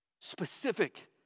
Specific